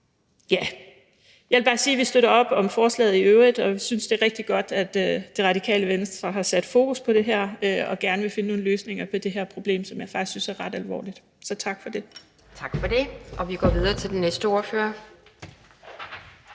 Jeg vil bare sige, at vi støtter op om forslaget i øvrigt, og vi synes, det er rigtig godt, at Det Radikale Venstre har sat fokus på det og gerne vil finde nogle løsninger på det her problem, som jeg faktisk synes er ret alvorligt, så tak for det. Kl. 11:55 Anden næstformand